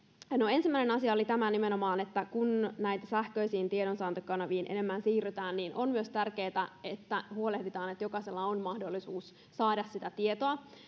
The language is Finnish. ensimmäinen asia oli nimenomaan tämä että kun näihin sähköisiin tiedonsaantikanaviin enemmän siirrytään niin on myös tärkeätä että huolehditaan että jokaisella on mahdollisuus saada sitä tietoa